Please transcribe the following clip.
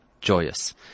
joyous